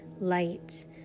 light